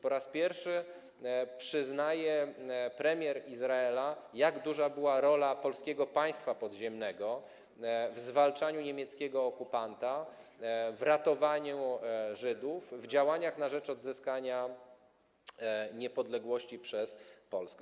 Po raz pierwszy premier Izraela przyznaje, jak duża była rola Polskiego Państwa Podziemnego w zwalczaniu niemieckiego okupanta, w ratowaniu Żydów, w działaniach na rzecz odzyskania niepodległości przez Polskę.